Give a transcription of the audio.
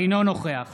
אינו נוכח